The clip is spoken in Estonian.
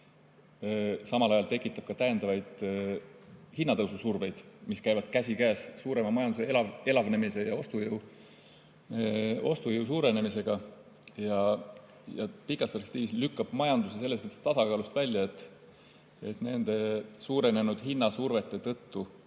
Samal ajal tekitab see täiendavat hinnatõususurvet, mis käib käsikäes majanduse elavnemise ja ostujõu suurenemisega. Pikas perspektiivis lükkab see majanduse selles mõttes tasakaalust välja, et selle suurenenud hinnasurve tõttu